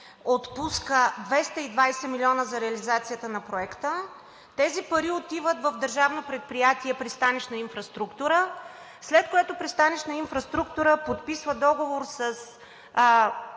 отпуска 220 милиона за реализацията на Проекта, тези пари отиват в Държавно предприятие „Пристанищна инфраструктура“, след което „Пристанищна инфраструктура“ подписва договор с